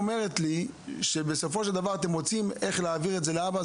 אומרת לי שבסופו של דבר אתם מוצאים איך להעביר את זה לאבא,